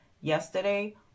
yesterday